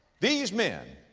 these men,